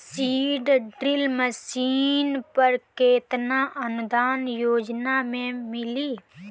Seed drill machine पर केतना अनुदान योजना में मिली?